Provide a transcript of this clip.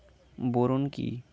Boron কি?